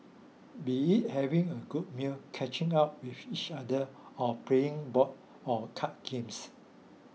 be having a good meal catching up with each other or playing board or card games